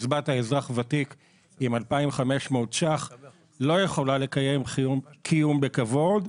קצבת האזרח הוותיק עם 2,500 שקלים לא יכולה לקיים קיום בכבוד,